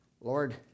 Lord